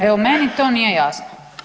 Evo meni to nije jasno.